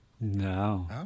No